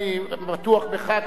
אני בטוח בך,